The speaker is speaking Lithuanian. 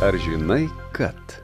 ar žinai kad